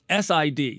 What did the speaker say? SID